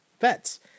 Vets